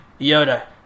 Yoda